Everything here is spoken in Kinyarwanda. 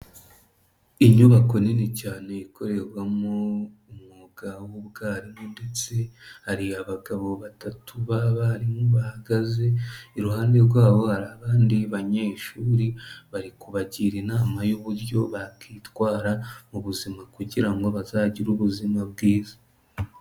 Inyubako nini cyane ikorerwamo umwuga w'ubwarimu ndetse hari abagabo batatu b'abarimu bahagaze, iruhande rwabo hari abandi banyeshuri bari kubagira inama y'uburyo bakitwara mu buzima kugira ngo bazagire ubuzima bwiza.